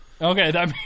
Okay